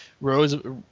rows